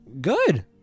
Good